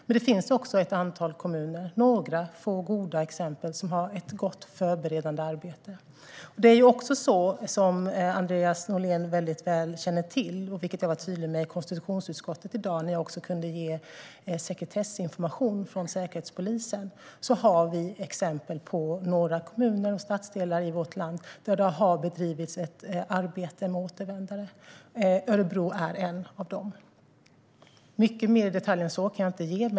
Men det finns också ett antal kommuner - det finns några få goda exempel - som har ett gott förberedande arbete. Andreas Norlén känner väldigt väl till något som jag var tydlig med i konstitutionsutskottet i dag, när jag kunde ge sekretessinformation från Säkerhetspolisen. Vi har exempel på några kommuner och stadsdelar i vårt land där det har bedrivits ett arbete med återvändare. Örebro är en av dem. Mycket mer detaljer än så kan jag inte ge.